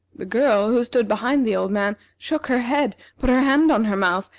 the girl, who stood behind the old man, shook her head, put her hand on her mouth,